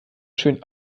schön